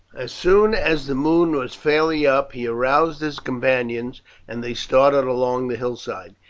as soon as the moon was fairly up he aroused his companions and they started along the hillside.